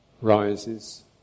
rises